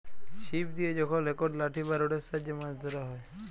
ছিপ দিয়ে যখল একট লাঠি বা রডের সাহায্যে মাছ ধ্যরা হ্যয়